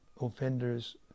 offenders